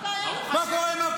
מה הבעיה שלך?